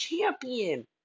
champion